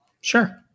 Sure